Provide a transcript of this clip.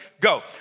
go